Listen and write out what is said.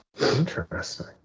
interesting